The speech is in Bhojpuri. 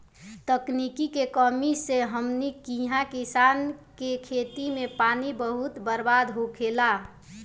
तकनीक के कमी से हमनी किहा किसान के खेत मे पानी बहुत बर्बाद होखेला